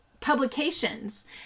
Publications